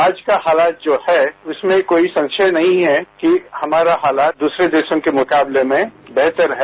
आज का हालात जो है उसमें कोई संशय नहीं है कि हमारा हालात दूसरे देशों के मुकाबले में बेहतर है